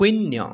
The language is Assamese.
শূন্য